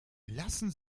lassen